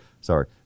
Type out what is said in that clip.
sorry